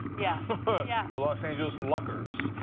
yeah but yeah the los angeles lakers.